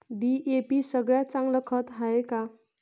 DAP सगळ्यात चांगलं खत हाये का?